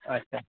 اچھا